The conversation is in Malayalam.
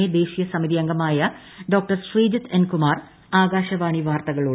എ ദേശീയ സമിതി അംഗമായ ഡോക്ടർ ശ്രീജിത്ത് എൻ കുമാർ ആകാശവാണി വാർത്തകളോട്